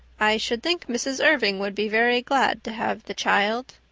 i should think mrs. irving would be very glad to have the child.